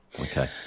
okay